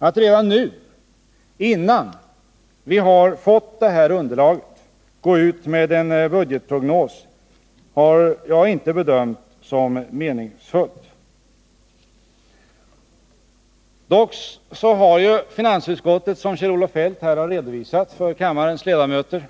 Att redan nu, innan vi har fått detta underlag, gå ut med en budgetprognos har jag inte bedömt som meningsfullt. Dock har finansutskottet, som Kjell-Olof Feldt redovisade för kammarens ledamöter,